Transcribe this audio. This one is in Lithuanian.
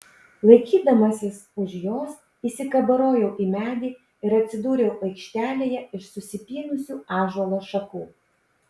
laikydamasis už jos įsikabarojau į medį ir atsidūriau aikštelėje iš susipynusių ąžuolo šakų